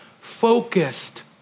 focused